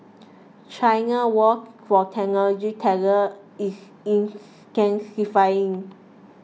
China's war for technology talent is intensifying